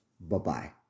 Bye-bye